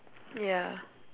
ya